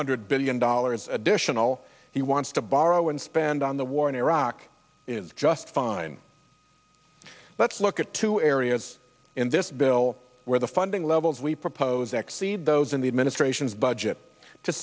hundred billion dollars additional he wants to borrow and spend on the war in iraq is just fine let's look at two areas in this bill the funding levels we propose exceed those in the administration's budget to